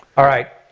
alright,